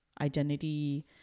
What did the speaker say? identity